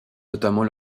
notamment